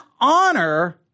honor